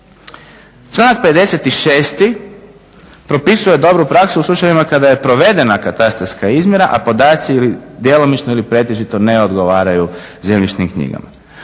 56. propisuje dobru praksu u slučajevima kada je provedena katastarska izmjena a podaci ili djelomično ili pretežito ne odgovaraju zemljišnim knjigama.